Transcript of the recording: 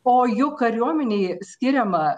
o jų kariuomenei skiriama